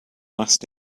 last